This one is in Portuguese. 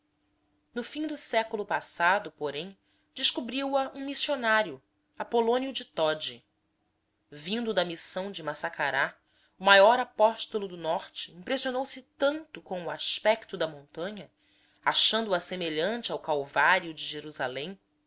no fim do século passado porém descobriu a um missionário apolônio de todi vindo da missão de maçacará o maior apóstolo do norte impressionou-se tanto com o aspecto da montanha achando a semelhante ao calvário de jerusalém